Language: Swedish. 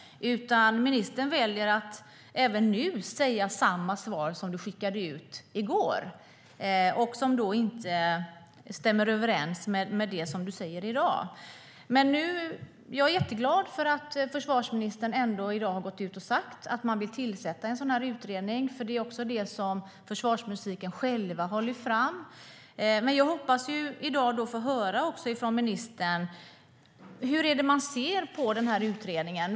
Ministern väljer att framföra samma svar som hon skickade till oss i går och som inte stämmer överens med det som hon säger i dag. Jag är jätteglad för att försvarsministern i dag har gått ut och sagt att man vill tillsätta en sådan utredning. Det är det som försvarsmusiken själv har lyft fram. I dag hoppas jag också få höra från ministern hur man ser på denna utredning.